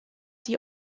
die